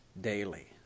daily